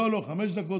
לא, לא, רק חמש דקות.